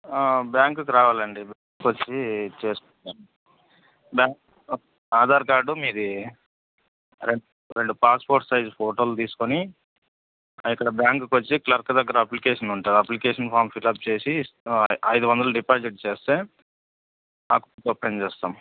బ్యాంకుకి రావాలండి వచ్చి చేసుకోవచ్చు బ్యాంక్ ఆధార్ కార్డు మీది రెండు రెండు పాస్పోర్ట్ సైజు ఫోటోలు తీసుకోని ఇక్కడ బ్యాంకుకు వచ్చి క్లర్క్ దగ్గర అప్లికేషన్ ఉంటుంది అప్లికేషన్ ఫామ్ ఫిలప్ చేసి ఐదు వందలు డిపాజిట్ చేస్తే అకౌంట్ ఓపెన్ చేస్తాం